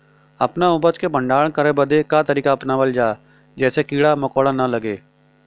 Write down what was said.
अपना उपज क भंडारन करे बदे का तरीका अपनावल जा जेसे कीड़ा मकोड़ा न लगें?